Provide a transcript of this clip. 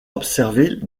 observer